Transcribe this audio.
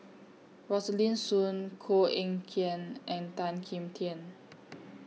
Rosaline Soon Koh Eng Kian and Tan Kim Tian